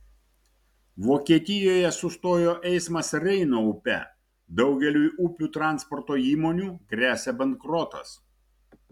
vokietijoje sustojo eismas reino upe daugeliui upių transporto įmonių gresia bankrotas